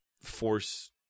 force